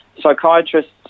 Psychiatrists